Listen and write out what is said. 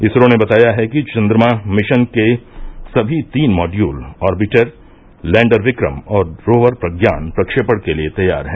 इसरो ने बताया है कि चन्द्रमा मिशन के सभी तीन मॉड्यूल ऑरबिटर लैंडर विक्रम और रोवर प्रज्ञान प्रक्षेपण के लिए तैयार हैं